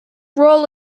role